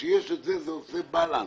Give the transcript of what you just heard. כשיש את זה, זה עושה בלנס.